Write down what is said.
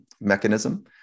mechanism